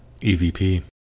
EVP